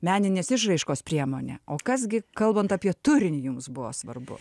meninės išraiškos priemonė o kas gi kalbant apie turinį jums buvo svarbu